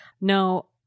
no